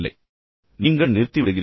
எனவே நீங்கள் நிறுத்தி விடுகிறீர்கள்